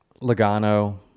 Logano